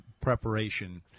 preparation